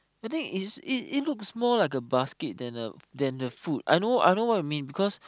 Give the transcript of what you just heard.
I think it it's it looks more like a basket than a food I know I know what you mean